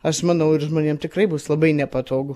aš manau ir žmonėms tikrai bus labai nepatogu